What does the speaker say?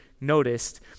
noticed